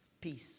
peace